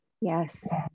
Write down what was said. Yes